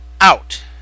out